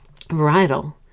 varietal